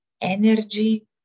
energy